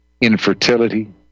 infertility